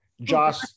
Josh